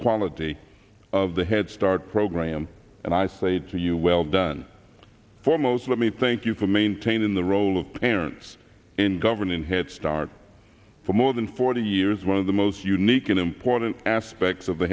quality of the head start program and i say to you well done for most let me thank you for maintaining the role of parents in governing head start for more than forty years one of the most unique and important aspects of the